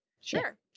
Sure